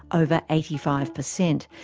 over eighty five percent,